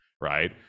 right